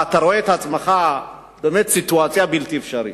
ואתה רואה בעצמך באמת סיטואציה בלתי אפשרית.